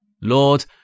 Lord